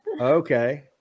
Okay